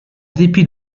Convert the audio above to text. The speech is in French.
dépit